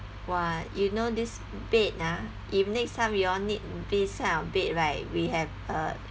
!wah! you know this bed ah if next time we all need this kind of bed right we have uh